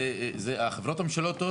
החברות הממשלתיות,